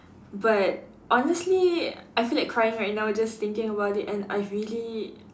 but honestly I feel like crying right now just thinking about it and I really